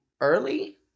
early